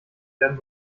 werden